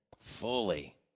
fully